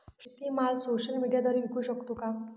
शेतीमाल सोशल मीडियाद्वारे विकू शकतो का?